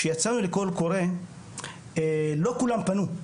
כשיצאנו לקול קורא לא כולם פנו.